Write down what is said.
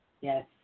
Yes